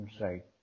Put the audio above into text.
Right